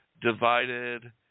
divided